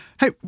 Hey